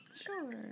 Sure